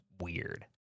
weird